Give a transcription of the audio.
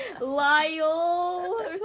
Lyle